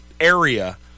area